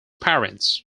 parents